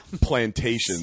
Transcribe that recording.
plantations